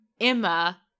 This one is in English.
Emma